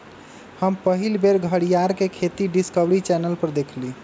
हम पहिल बेर घरीयार के खेती डिस्कवरी चैनल पर देखली